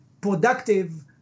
productive